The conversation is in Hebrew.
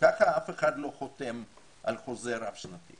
ככה אף אחד לא חותם על חוזה רב שנתי.